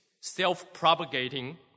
self-propagating